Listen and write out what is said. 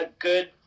good